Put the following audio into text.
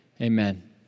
amen